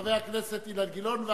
חבר הכנסת אילן גילאון,